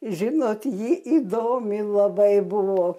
žinot ji įdomi labai buvo